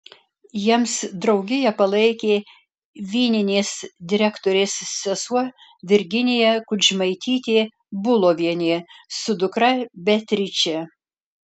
jiems draugiją palaikė vyninės direktorės sesuo virginija kudžmaitytė bulovienė su dukra beatriče